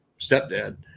stepdad